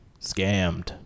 scammed